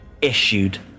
issued